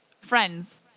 friends